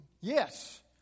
Yes